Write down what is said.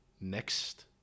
Next